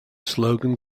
slogan